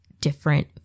different